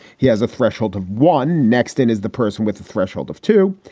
he has a threshold of one next and is the person with the threshold of two.